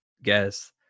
Guess